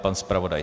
Pan zpravodaj?